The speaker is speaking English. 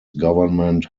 government